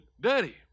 Daddy